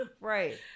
right